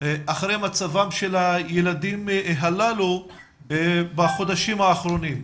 אחרי מצבם של הילדים הללו בחודשים האחרונים,